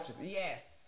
Yes